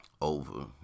over